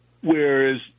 whereas